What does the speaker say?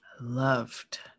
loved